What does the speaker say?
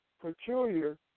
peculiar